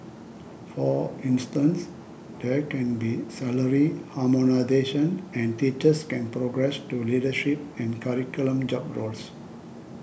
for instance there can be salary harmonisation and teachers can progress to leadership and curriculum job roles